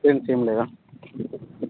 experience ఏం లేదా